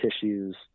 tissues